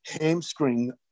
hamstring